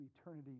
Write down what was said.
eternity